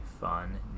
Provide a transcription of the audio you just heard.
fun